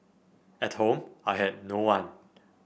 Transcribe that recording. at home I had no one